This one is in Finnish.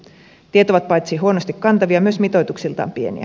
tiet ovat paitsi huonosti kantavia myös mitoituksiltaan pieniä